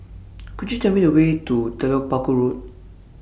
Could YOU Tell Me The Way to Telok Paku Road